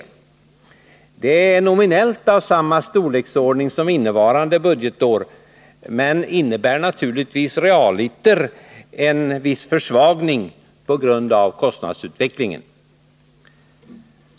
Stödet är nominellt av samma storleksordning som det är innevarande budgetår, men det innebär naturligtvis realiter en viss försvagning på grund av kostnadsutvecklingen.